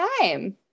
time